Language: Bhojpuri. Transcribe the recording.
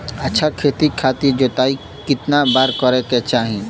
अच्छा खेती खातिर जोताई कितना बार करे के चाही?